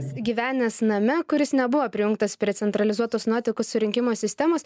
gyvenęs name kuris nebuvo prijungtas prie centralizuotos nuotekų surinkimo sistemos